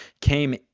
came